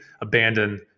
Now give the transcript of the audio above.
abandon